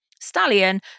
stallion